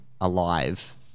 alive